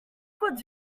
could